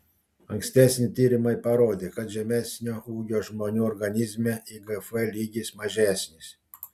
ankstesni tyrimai parodė kad žemesnio ūgio žmonių organizme igf lygis mažesnis